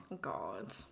God